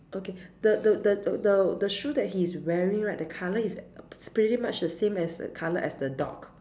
okay the the the the the shoe that he's wearing right the color is pretty much the same as the color as the dog